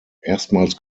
erstmals